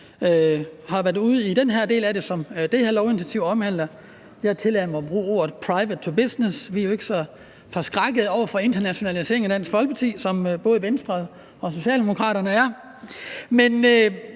har været ude i den her del af det, som det her lovinitiativ omhandler – jeg tillader mig at bruge ordene private to business, vi er jo ikke så forskrækkede over internationale ting i Dansk Folkeparti, som både Venstre og Socialdemokraterne er –